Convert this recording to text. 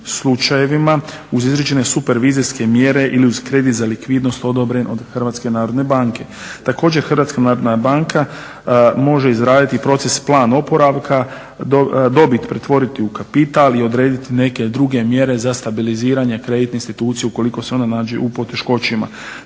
slučajevima u izrečene supervizijske mjere ili uz kredit za likvidnost odobren od HNB-a. Također HNB može izraditi proces plan oporavka, dobit pretvoriti u kapital i odrediti neke druge mjere za stabiliziranje kreditnih institucije ukoliko se ona nađe u poteškoćama.